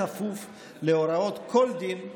בכפוף להוראות כל דין,